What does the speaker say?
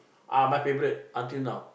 ah my favourite until now